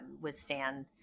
withstand